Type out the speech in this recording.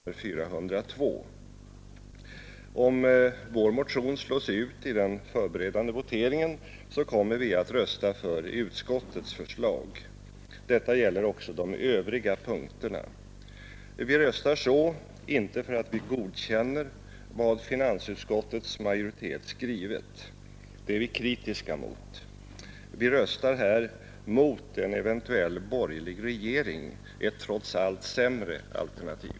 Herr talman! Jag skall bara före voteringen lämna en kort röstförklaring på vpk-gruppens vägnar. Under punkten 1, som gäller de allmänna riktlinjerna för den ekonomiska politiken och för statsregleringen, föreligger tre förslag till skrivning: ett förslag från utskottet, en reservation av herr Löfgren m.fl. och en motion nr 402. Om vår motion slås ut i den förberedande voteringen, kommer vi att rösta för utskottets förslag. Detta gäller också de övriga punkterna. Vi röstar inte så därför att vi godkänner vad finansutskottets majoritet skrivit; det är vi kritiska mot. Vi röstar här mot en eventuell borgerlig regering — ett trots allt sämre alternativ.